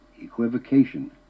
equivocation